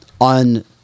on